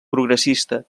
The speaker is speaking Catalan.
progressista